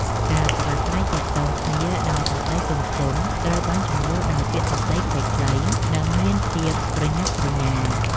ការប្រាស្រ័យទាក់ទងគ្នាដោយសម្តីទន់ភ្លន់ត្រូវបានជំនួសដោយពាក្យសម្តីខ្លីៗ និងមានភាពប្រញាប់ប្រញាល់។